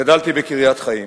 גדלתי בקריית-חיים